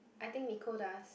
I think Nicole does